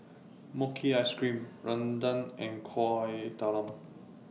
Mochi Ice Cream Rendang and Kueh Talam